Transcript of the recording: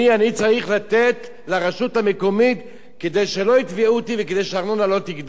אני צריך לתת לרשות המקומית כדי שלא יתבעו אותי וכדי שהארנונה לא תגדל,